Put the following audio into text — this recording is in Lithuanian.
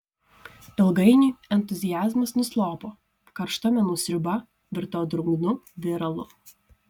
ilgainiui entuziazmas nuslopo karšta menų sriuba virto drungnu viralu